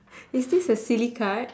is this a silly card